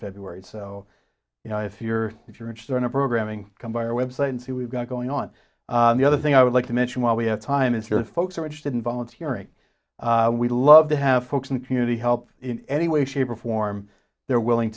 february so you know if you're if you're interested in a programming come by our web site and see we've got going on the other thing i would like to mention while we have time is your folks are interested in volunteering we love to have folks in the community help in any way shape or form they're willing